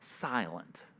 silent